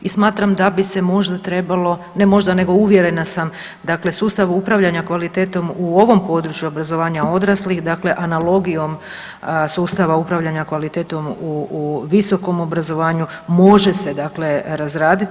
I smatram da bi se možda trebalo, ne možda nego uvjerena sam, dakle sustav upravljanja kvalitetom u ovom području obrazovanja odraslih dakle analogijom sustava upravljanja kvalitetom u visokom obrazovanju može se dakle razraditi.